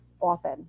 often